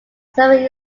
several